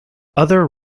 other